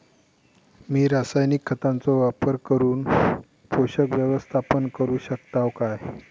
मी रासायनिक खतांचो वापर करून पोषक व्यवस्थापन करू शकताव काय?